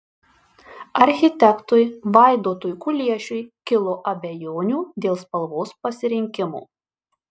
architektui vaidotui kuliešiui kilo abejonių dėl spalvos pasirinkimo